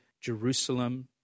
Jerusalem